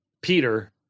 Peter